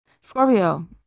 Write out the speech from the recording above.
Scorpio